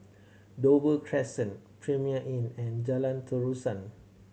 Dover Crescent Premier Inn and Jalan Terusan